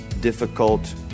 difficult